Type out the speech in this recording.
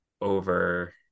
over